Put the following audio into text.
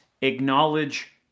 acknowledge